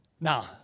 Now